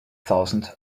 thousand